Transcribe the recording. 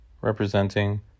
representing